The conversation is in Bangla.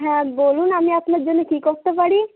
হ্যাঁ বলুন আমি আপনার জন্যে কি করতে পারি